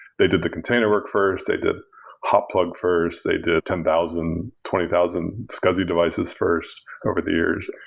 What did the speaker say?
they did the container work first. they did hotplug first. they did ten thousand, twenty thousand scuzzy devices first over the years.